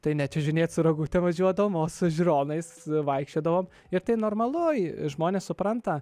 tai ne čiužinėt su rogutėm važiuodavom o su žiūronais vaikščiodavom ir tai normalu žmonės supranta